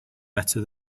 better